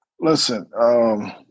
Listen